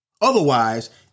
Otherwise